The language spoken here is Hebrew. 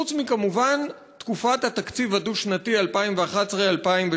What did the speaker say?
כמובן חוץ מבתקופת התקציב הדו-שנתי 2011 2012,